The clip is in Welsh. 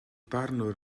barnwr